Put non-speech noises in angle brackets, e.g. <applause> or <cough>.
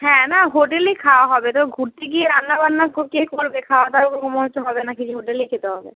হ্যাঁ না হোটেলেই খাওয়া হবে <unintelligible> ঘুরতে গিয়ে রান্নাবান্না <unintelligible> কে করবে খাওয়া দাওয়া <unintelligible> হোটেলে খেতে হবে